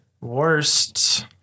Worst